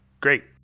great